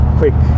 quick